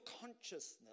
consciousness